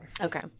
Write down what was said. Okay